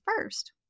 first